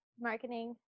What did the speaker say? marketing